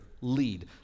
lead